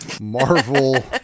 Marvel